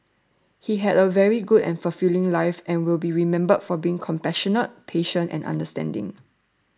he had a very good and fulfilling life and will be remembered for being compassionate patient and understanding